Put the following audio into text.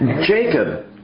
Jacob